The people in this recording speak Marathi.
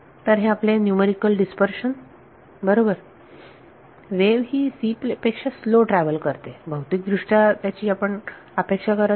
तर हे आपले न्यूमरिकल डीस्पर्शन बरोबर वेव्ह ही c पेक्षा स्लो ट्रॅव्हल करते भौतिक दृष्ट्या त्याची आपण अपेक्षा करत नाही